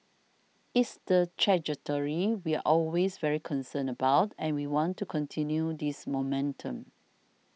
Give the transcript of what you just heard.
it's the trajectory we're always very concerned about and we want to continue this momentum